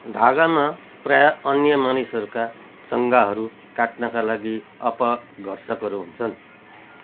धागामा प्रायः अन्य मानिसहरूका चङ्गाहरू काट्नका लागि अपघर्षकहरू हुन्छन्